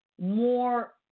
more